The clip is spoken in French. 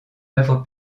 œuvre